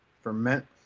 ferment